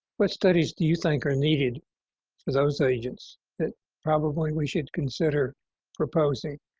what studies do you think are needed for those agents that probably we should consider proposing,